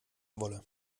wolle